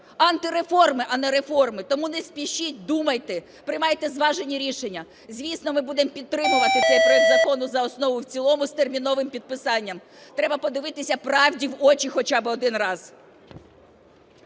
Антиреформи, а не реформи. Тому не спішіть, думайте, приймайте зважені рішення. Звісно, ми будемо підтримувати цей проект закону за основу і в цілому з терміновим підписанням. Треба подивитися правді в очі хоча би один раз.